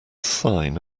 sine